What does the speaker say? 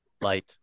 Light